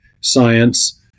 science